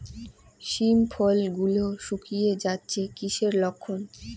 শিম ফল গুলো গুটিয়ে যাচ্ছে কিসের লক্ষন?